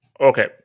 Okay